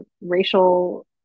racial